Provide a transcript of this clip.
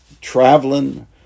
traveling